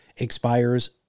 Expires